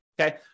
Okay